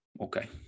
okay